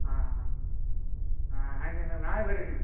ಹಾಂ ಹಾಂ ಹಾಂ ಹಂಗಂದರೆ ನಾಳೆ ಬನ್ರಿ ನೀವು